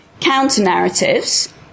counter-narratives